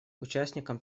участником